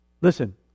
Listen